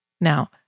Now